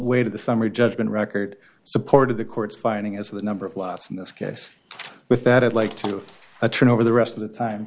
of the summary judgment record supported the court's finding as the number of lots in this case with that i'd like to a turn over the rest of the time